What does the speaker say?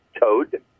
toad